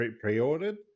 pre-ordered